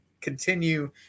continue